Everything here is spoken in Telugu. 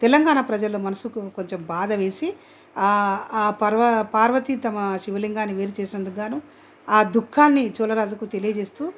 తెలంగాణ ప్రజల మనసుకు కొంచెం బాధ వేసి ఆ పార్వతి తమ శివలింగాన్ని వేరు చేసినందుకుగాను ఆ దుఃఖాన్ని చోళ రాజుకు తెలియజేస్తూ